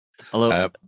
Hello